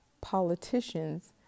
Politicians